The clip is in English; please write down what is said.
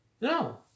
No